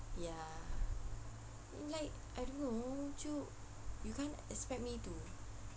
ya it's like I don't know you you can't expect me to